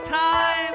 time